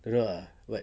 don't know ah but